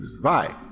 Bye